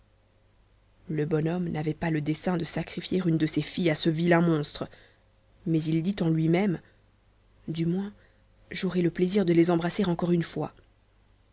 le bon homme n'avait pas dessein de sacrifier une de ses filles à ce vilain monstre mais il pensa au moins j'aurai le plaisir de les embrasser encore une fois